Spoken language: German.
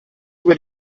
über